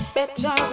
better